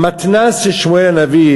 המתנ"ס של שמואל-הנביא,